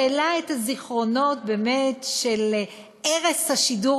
שהעלה את הזיכרונות של ערש השידור